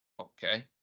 Okay